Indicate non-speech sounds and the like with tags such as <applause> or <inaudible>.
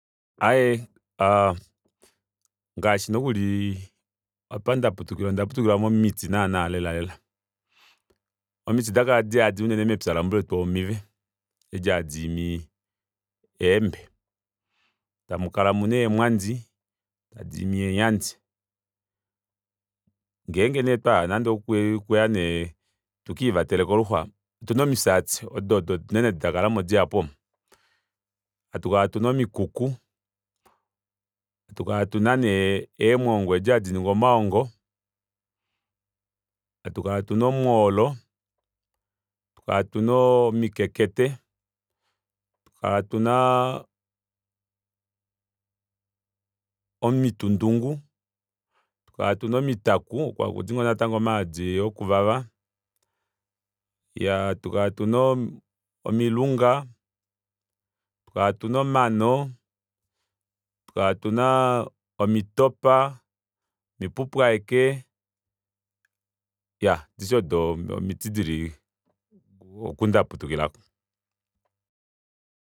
Aaye <hesitation> aaa ngaashi nokuli apa ndaputukila onda putukila momiti naana lelalela omiti dakala diyandi unene mepya lambuletu omive edi hadiimi eembe tamukala muna eemwandi tadiimi eenyandi ngeenge nee twahala nande okuya nee tukiivatele koluxwa otuna omifyaati odo odo unene dakalamo dihapu omu hatukala tuna omikuku hatukala tuna nee eemwoongo edi hadiningwa omaongo hatukala tuna omwoolo hatukala tuna omikekete hatukala tunaa omitundungu hatu kala tuna omitaku oko hakudi natango omaadi omaadi okuvava iyaa hatukala tuna omilunga hatukala tuna omano hatukala tuna omitopa omipupwaheke iya adishe odo omiti dili oku ndaputukila